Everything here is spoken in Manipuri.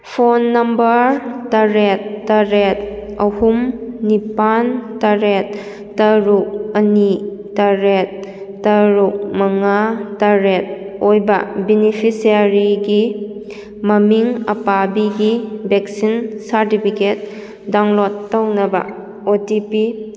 ꯐꯣꯟ ꯅꯝꯕꯔ ꯇꯔꯦꯠ ꯇꯔꯦꯠ ꯑꯍꯨꯝ ꯅꯤꯄꯥꯜ ꯇꯔꯦꯠ ꯇꯔꯨꯛ ꯑꯅꯤ ꯇꯔꯦꯠ ꯇꯔꯨꯛ ꯃꯉꯥ ꯇꯔꯦꯠ ꯑꯣꯏꯕ ꯕꯤꯅꯤꯁꯤꯌꯥꯔꯤꯒꯤ ꯃꯃꯤꯡ ꯑꯄꯥꯕꯤꯒꯤ ꯚꯦꯛꯁꯤꯟ ꯁꯥꯔꯇꯤꯐꯤꯀꯦꯠ ꯗꯥꯎꯟꯂꯣꯗ ꯇꯧꯅꯕ ꯑꯣ ꯇꯤ ꯄꯤ